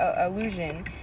illusion